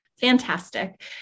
fantastic